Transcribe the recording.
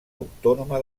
autònoma